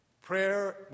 prayer